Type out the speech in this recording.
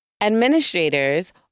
Administrators